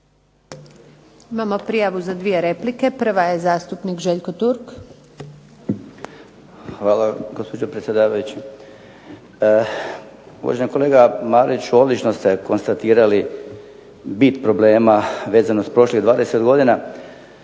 Imamo prijavu za dvije replike. Prva je zastupnik Željko Turk. **Turk, Željko (HDZ)** Hvala gospođo predsjedavajuća. Uvaženi kolega Marić, odlično ste konstatirali bit problema vezano za prošlih 20 godina,